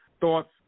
thoughts